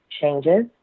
changes